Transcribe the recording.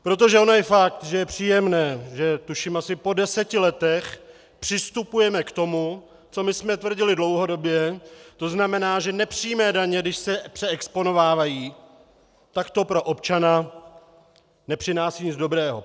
Protože ono je fakt, že je příjemné, že tuším asi po deseti letech přistupujeme k tomu, co my jsme tvrdili dlouhodobě, to znamená, že nepřímé daně, když se přeexponovávají, tak to pro občana nepřináší nic dobrého.